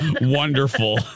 Wonderful